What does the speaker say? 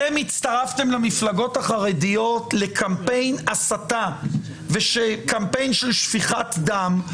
אתם הצטרפתם למפלגות החרדיות לקמפיין הסתה ושפיכת דם.